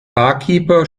barkeeper